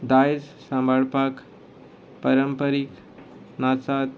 दायज सांबाळपाक परंपारीक नाचात